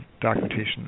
documentation